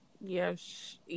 Yes